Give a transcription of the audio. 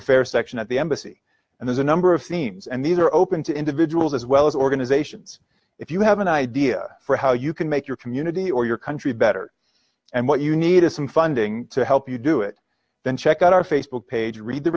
affairs section at the embassy and there's a number of themes and these are open to individuals as well as organizations if you have an idea for how you can make your community or your country better and what you need is some funding to help you do it then check out our facebook page read the